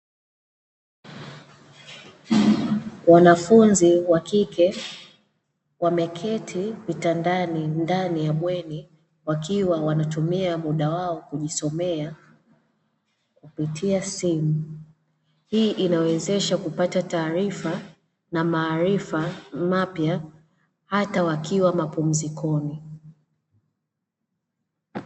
Wanafunzi wa kike wameketi vitandani ndani ya bweni wakiwa wanatumia muda wao kujisomea kupitia simu. Hii inawezesha kupata taarifa na maarifa mapya hata wakiwa mapumzikoni.